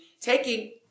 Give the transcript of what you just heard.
taking